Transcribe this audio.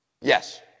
Yes